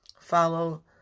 follow